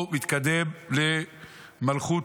הוא מתקדם למלכות,